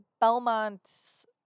Belmont